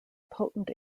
potent